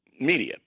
media